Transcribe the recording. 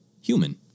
human